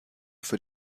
für